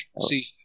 See